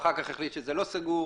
ואחר כך החליט שזה לא סגור.